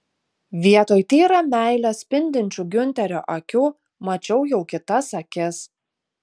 vietoj tyra meile spindinčių giunterio akių mačiau jau kitas akis